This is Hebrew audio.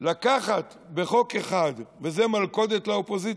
לקחת בחוק אחד, וזאת מלכודת לאופוזיציה,